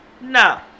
No